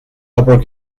upper